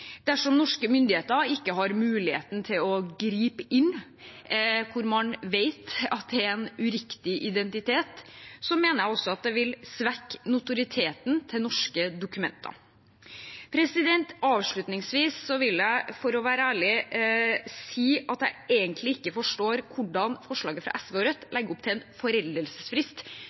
Dersom norske myndigheter ikke har muligheten til å gripe inn når man vet at det er en uriktig identitet, mener jeg også at det vil svekke notoriteten til norske dokumenter. Avslutningsvis vil jeg – for å være ærlig – si at jeg egentlig ikke forstår hvordan forslaget fra SV og Rødt legger opp til en foreldelsesfrist